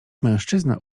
mężczyzna